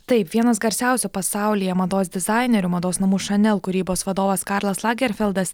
tai vienas garsiausių pasaulyje mados dizainerių mados namų šanel kūrybos vadovas karlas lagerfeldas